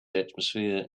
atmosphere